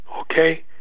Okay